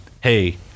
Hey